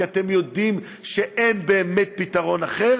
כי אתם יודעים שאין באמת פתרון אחר.